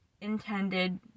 intended